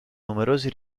numerose